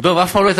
דב, אף פעם לא היית